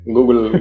Google